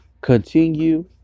Continue